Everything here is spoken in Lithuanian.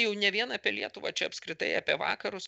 jau ne vien apie lietuvą čia apskritai apie vakarus